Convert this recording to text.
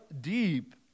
deep